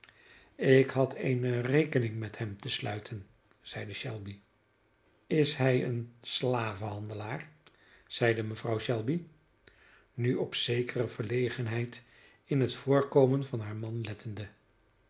gevraagd ik had eene rekening met hem te sluiten zeide shelby is hij een slavenhandelaar zeide mevrouw shelby nu op zekere verlegenheid in het voorkomen van haren man lettende